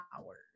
hours